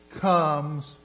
comes